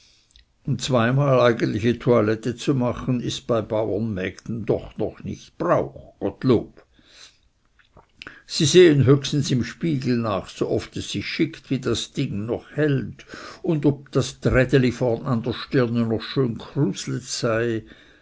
zweimal eigentliche toilette zu machen ist bei baurenmägden doch noch nicht brauch gottlob sie sehen höchstens im spiegel nach so oft es sich schickt wie das ding noch hält und ob das trädeli vorn an der stirne noch schön kruslet sei